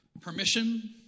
permission